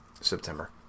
September